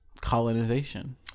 colonization